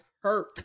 hurt